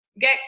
get